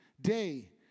Day